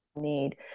need